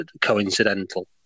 coincidental